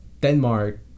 Denmark